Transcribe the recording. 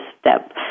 step